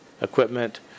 equipment